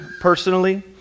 personally